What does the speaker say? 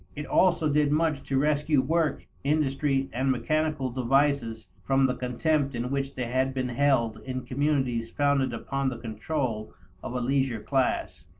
it also did much to rescue work, industry, and mechanical devices from the contempt in which they had been held in communities founded upon the control of a leisure class.